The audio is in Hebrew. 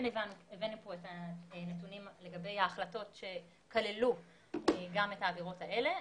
כן הבאנו פה נתונים לגבי ההחלטות שכללו גם את העבירות האלה,